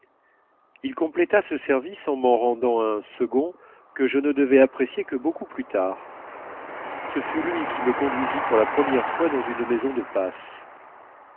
il compléta ce service en m'en rendant un second que je ne devais apprécier que beaucoup plus tard ce fut lui qui me conduisit pour la première fois dans une maison de passe